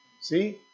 See